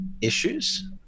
issues